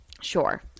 sure